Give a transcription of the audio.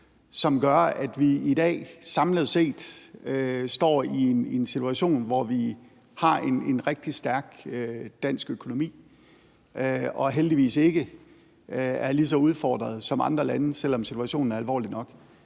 som gør, at vi i dag samlet set står i en situation, hvor vi har en rigtig stærk dansk økonomi, og heldigvis ikke er lige så udfordret som andre lande, selv om situationen er alvorlig nok.